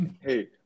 Hey